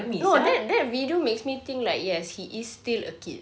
no that that video makes me think like yes he is still a kid